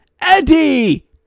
Eddie